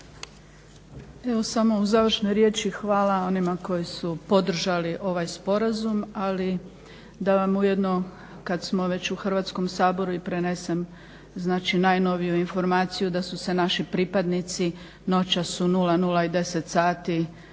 Evo samo u završnoj riječi hvala onima koji su podržali ovaj sporazum, ali da vam ujedno kad smo već u Hrvatskom saboru i prenesem znači najnoviju informaciju da su naši pripadnici noćas u 00,10 sati